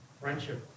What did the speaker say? Friendship